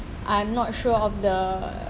I'm not sure of the